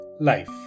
Life